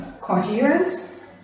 coherence